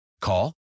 Call